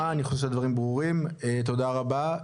נעמה, אני חושב שהדברים ברורים, תודה רבה.